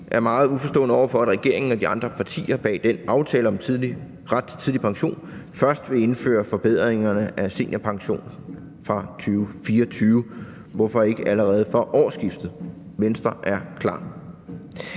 er meget uforstående over for, at regeringen og de andre partier bag den aftale om ret til tidlig pension først vil indføre forbedringerne af seniorpensionen fra 2024. Hvorfor ikke allerede fra årsskiftet? Venstre er klar.